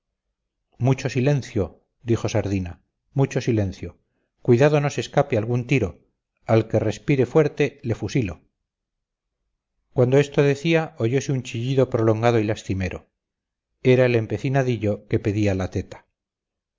mucho silencio dijo sardina mucho silencio cuidado no se escape algún tiro al que respire fuerte le fusilo cuando esto decía oyose un chillido prolongado y lastimero era el empecinadillo que pedía la teta